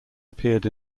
appeared